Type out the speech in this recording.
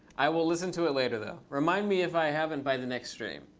i will listen to it later, though. remind me if i haven't by the next stream.